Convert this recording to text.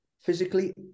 physically